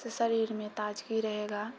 उससे शरीरमे ताजगी रहेगा